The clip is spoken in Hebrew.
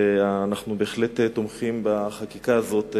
ואנחנו בהחלט תומכים בחקיקה הזאת.